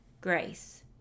Grace